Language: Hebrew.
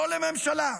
לא לממשלה,